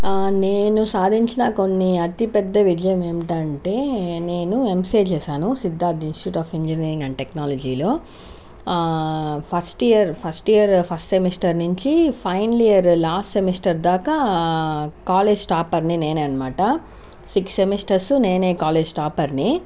నేను సాధించిన కొన్ని అతి పెద్ద విజయం ఏమిటంటే నేను ఎంసీఏ చేసాను Siddhartha institute of engineering and technology లో first year first year first semester నుంచి ఫైనల్ ఇయర్ లాస్ట్ సెమిస్టర్ దాకా కాలేజ్ టాపర్ ని నేనే అనమాట సిక్స్ సెమిస్టర్స్ నేనే కాలేజ్ టాపర్ ని